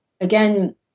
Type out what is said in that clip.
again